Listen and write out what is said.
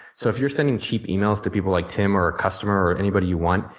so if you're sending cheap emails to people like tim or a customer or anybody you want,